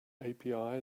api